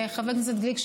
חבר הכנסת גליק,